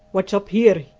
what's up here?